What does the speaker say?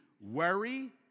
worry